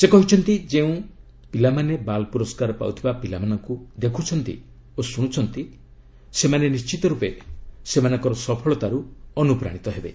ସେ କହିଛନ୍ତି ଦେଶର ଯେଉଁ ପିଲାମାନେ ବାଲ୍ ପୁରସ୍କାର ପାଉଥିବା ପିଲାମାନଙ୍କୁ ଦେଖୁଛନ୍ତି ଓ ଶୁଣୁଛନ୍ତି ସେମାନେ ନିର୍ଣ୍ଣିତର୍ପେ ସେମାନଙ୍କର ସଫଳତାରୁ ଅନୁପ୍ରାଣିତ ହେବେ